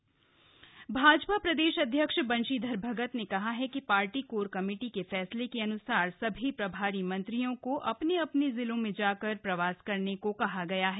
भाजपा जिला प्रवास भाजपा प्रदेश अध्यक्ष बंशीधर भगत ने कहा है कि पार्टी कोर कमेटी के फैसले अन्सार सभी प्रभारी मंत्रियों को अपने अपने जिलों में जाकर प्रवास करने को कहा गया है